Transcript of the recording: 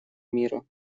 мира